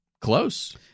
close